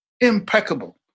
impeccable